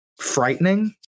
frightening